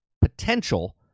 potential